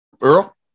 Earl